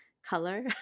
color